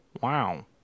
Wow